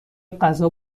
غذا